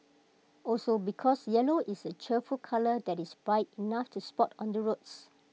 also because yellow is A cheerful colour that is bright enough to spot on the roads